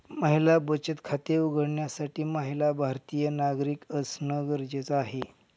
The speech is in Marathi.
महिला बचत खाते उघडण्यासाठी महिला भारतीय नागरिक असणं गरजेच आहे